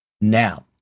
Now